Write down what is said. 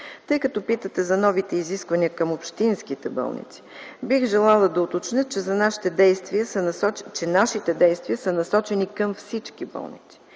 Тъй като питате за новите изисквания към общинските болници, бих желала да уточня, че нашите действия са насочени към всички болници.